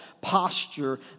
posture